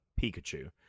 Pikachu